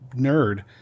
nerd